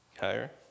Higher